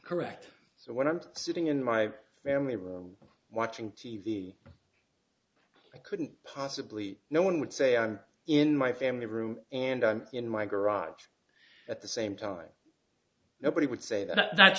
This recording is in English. correct so when i'm sitting in my family room watching t v i couldn't possibly know one would say i'm in my family room and i'm in my garage at the same time nobody would say that's